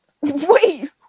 wait